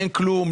אין כלום,